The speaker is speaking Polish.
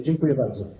Dziękuję bardzo.